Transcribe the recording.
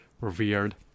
revered